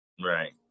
Right